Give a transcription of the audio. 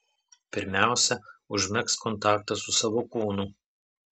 pirmiausia užmegzk kontaktą su savo kūnu